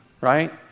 Right